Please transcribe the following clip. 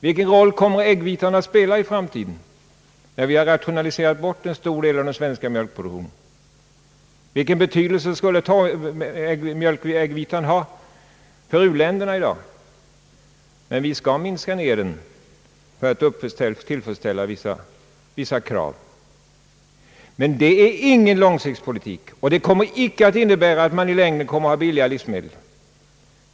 Vilken roll kommer äggvitan att spela i framtiden när vi har rationaliserat bort en stor del av den svenska mjölkproduktionen? Vilken betydelse skulle inte torrmjölkäggvitan ha för u-länderna i dag? Men mjölkproduktionen skall ändå minskas för att tillfredsställa vissa krav. Detta är dock ingen långsiktspolitik, och det kommer icke i längden att innebära att vi får billigare livsmedel.